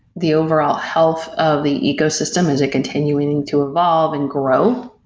the overall health of the ecosystem, is it continuing to evolve and grow?